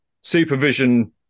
supervision